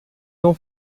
não